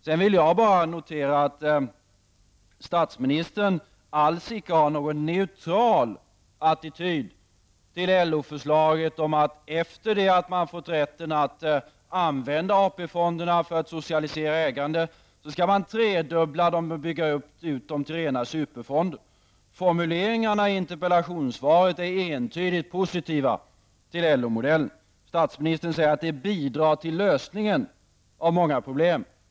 Sedan vill jag bara notera att statsministern alls inte har någon neutral attityd till LO-förslaget om att AP-fonderna, efter det att socialdemokraterna har fått rätt att använda dem för att socialisera ägandet, skall tredubblas och byggas ut till rena superfonder. Formuleringarna i interpellationssvaret är entydigt positiva till LO-modellen. Statsministern säger att det bidrar till lösningen av många problem.